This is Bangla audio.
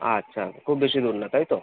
আচ্ছা খুব বেশি দূর না তাই তো